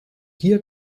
hier